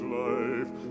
life